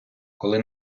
коли